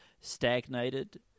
stagnated